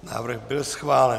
Návrh byl schválen.